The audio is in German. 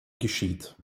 geschieht